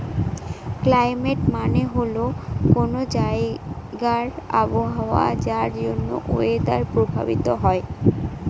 climate মানে হল কোনো জায়গার আবহাওয়া যার জন্য ওয়েদার প্রভাবিত হয়